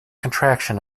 contraction